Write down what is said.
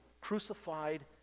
crucified